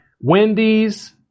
Wendy's